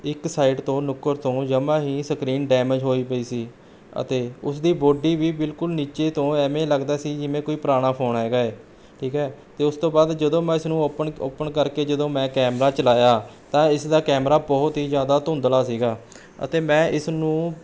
ਇੱਕ ਸਾਈਡ ਤੋਂ ਨੁਕਰ ਤੋਂ ਜਮ੍ਹਾ ਹੀ ਸਕਰੀਨ ਡੈਮੇਜ ਹੋਈ ਪਈ ਸੀ ਅਤੇ ਉਸਦੀ ਬੌਡੀ ਵੀ ਬਿਲਕੁਲ ਨੀਚੇ ਤੋਂ ਐਵੇਂ ਲੱਗਦਾ ਸੀ ਜਿਵੇਂ ਕੋਈ ਪੁਰਾਣਾ ਫ਼ੋਨ ਹੈਗਾ ਹੈ ਠੀਕ ਹੈ ਅਤੇ ਉਸ ਤੋਂ ਬਾਅਦ ਜਦੋਂ ਮੈਂ ਉਸਨੂੰ ਔਪਨ ਔਪਨ ਕਰਕੇ ਜਦੋਂ ਮੈਂ ਕੈਮਰਾ ਚਲਾਇਆ ਤਾਂ ਇਸਦਾ ਕੈਮਰਾ ਬਹੁਤ ਹੀ ਜ਼ਿਆਦਾ ਧੁੰਦਲਾ ਸੀ ਅਤੇ ਮੈਂ ਇਸਨੂੰ